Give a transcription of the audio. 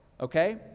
okay